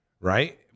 Right